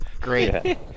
Great